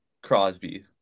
Crosby